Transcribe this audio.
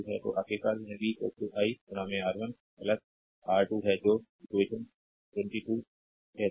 तो आखिरकार यह v i R1 R2 है जो इक्वेशन 22 कहता है